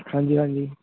ਹਾਂਜੀ ਹਾਂਜੀ